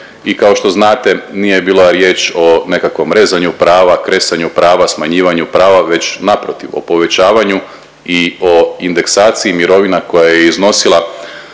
I kao što znate nije bila riječ o nekakvom rezanju prava, kresanju prava, smanjivanju prava već naprotiv o povećavanju i o indeksaciji mirovina koja je iznosila